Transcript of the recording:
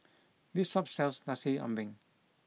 this shop sells Nasi Ambeng